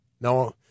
no